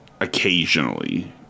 occasionally